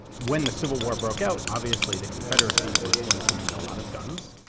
when the civil war broke out obviously the confederacy was going to need a lot of guns,